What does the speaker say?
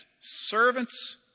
servants